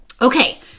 okay